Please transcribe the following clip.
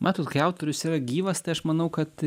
matot kai autorius yra gyvas tai aš manau kad